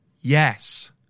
Yes